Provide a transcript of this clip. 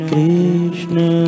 Krishna